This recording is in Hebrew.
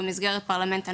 במסגרת פרלמנט הנוער.